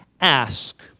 ask